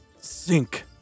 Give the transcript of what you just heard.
sink